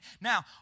Now